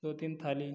दो तीन थाली